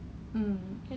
我也是